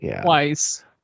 twice